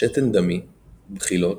שתן דמי, בחילות,